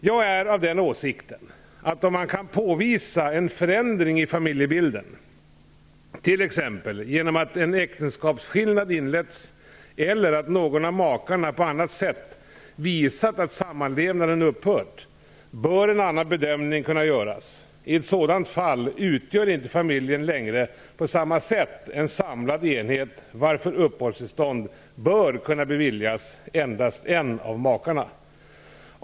Jag är av den åsikten att om man kan påvisa en förändring i familjebilden, t.ex. genom att en äktenskapsskillnad inletts eller att någon av makarna på annat sätt visat att sammanlevnaden har upphört, bör en annan bedömning kunna göras. I ett sådant fall utgör inte familjen längre på samma sätt en samlad enhet, varför uppehållstillstånd bör kunna beviljas endast en av makarna.